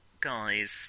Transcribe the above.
guys